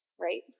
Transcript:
Right